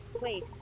wait